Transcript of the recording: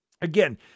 again